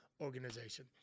organization